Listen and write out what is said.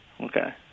Okay